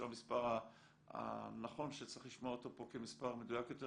המספר הנכון שצריך לשמוע אותו פה כמספר מדויק יותר,